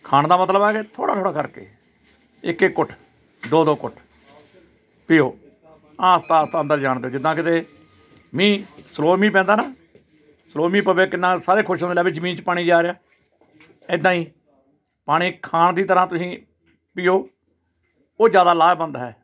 ਖਾਣ ਦਾ ਮਤਲਬ ਹੈ ਕਿ ਥੋੜ੍ਹਾ ਥੋੜ੍ਹਾ ਕਰਕੇ ਇੱਕ ਇੱਕ ਘੁੱਟ ਦੋ ਦੋ ਘੁੱਟ ਪੀਓ ਆਹਿਸਤਾ ਆਹਿਸਤਾ ਅੰਦਰ ਜਾਣ ਦਿਓ ਜਿੱਦਾਂ ਕਿਤੇ ਮੀਂਹ ਸਲੋਅ ਮੀਂਹ ਪੈਂਦਾ ਨਾ ਸਲੋਅ ਮੀਂਹ ਪਵੇ ਕਿੰਨਾ ਸਾਰੇ ਖੁਸ਼ ਹੁੰਦੇ ਲੈ ਵੀ ਜ਼ਮੀਨ 'ਚ ਪਾਣੀ ਜਾ ਰਿਹਾ ਇੱਦਾਂ ਹੀ ਪਾਣੀ ਖਾਣ ਦੀ ਤਰ੍ਹਾਂ ਤੁਸੀਂ ਪੀਓ ਉਹ ਜ਼ਿਆਦਾ ਲਾਹੇਵੰਦ ਹੈ